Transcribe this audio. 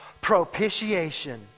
Propitiation